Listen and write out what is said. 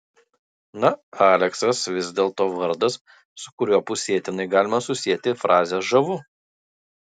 na aleksas vis dėlto vardas su kuriuo pusėtinai galima susieti frazę žavu